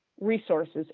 resources